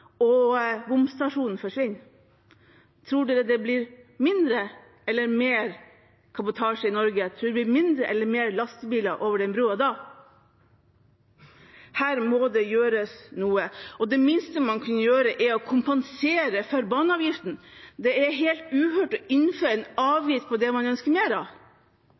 og bomstasjonen forsvinner. Tror man det blir mindre eller mer kabotasje i Norge? Tror man det blir færre eller flere lastebiler over den brua da? Her må det gjøres noe. Det minste man kan gjøre, er å kompensere for baneavgiften. Det er helt uhørt å innføre en avgift på det man ønsker mer av.